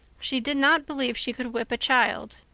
she did not believe she could whip a child.